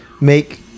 make